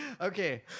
okay